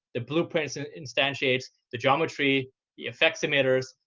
the blueprints it instantiates, the geometry, the effects emitters,